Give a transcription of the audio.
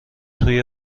توی